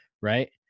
Right